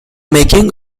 making